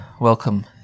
Welcome